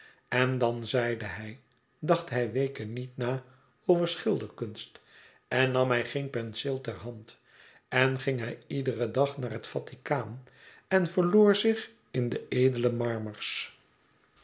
en dan zeide hij dacht hij weken niet na over schilderkunst en nam hij geen penseel ter hand en ging hij iederen dag naar het vaticaan en verloor zich in de edele marmers